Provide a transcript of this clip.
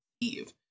Eve